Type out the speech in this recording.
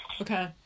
Okay